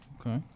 okay